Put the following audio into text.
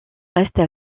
restent